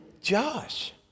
Josh